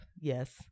yes